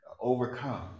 overcome